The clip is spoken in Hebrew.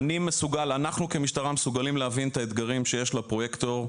אנחנו כמשטרה מסוגלים להבין את האתגרים שיש לפרויקטור.